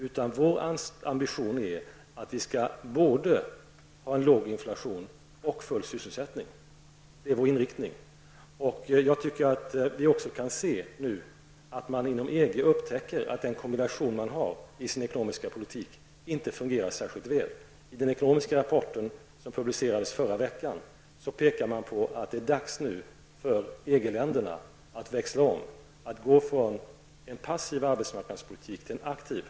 Utan vår ambition är att vi skall ha både en låg inflation och full sysselsättning. Det är vår inriktning. Jag tycker att vi nu också kan se att man inom EG upptäcker att den kombination som man där har i sin ekonomiska politik inte fungerar särskilt väl. I den ekonomiska rapport som publicerades förra veckan pekar man på att det nu är dags för EG länderna att växla om och gå från en passiv arbetsmarknadspolitik till en aktiv.